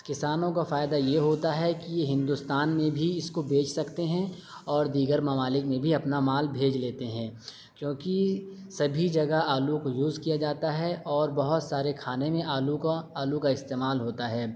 کسانوں کو فائدہ یہ ہوتا ہے کہ یہ ہندوستان میں بھی اس کو بیچ سکتے ہیں اور دیگر ممالک میں بھی اپنا مال بھیج لیتے ہیں کیونکہ سبھی جگہ آلو کو یوز کیا جاتا ہے اور بہت سارے کھانے میں آلو کا آلو کا استعمال ہوتا ہے